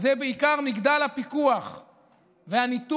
וזה בעיקר מגדל הפיקוח והניתוב,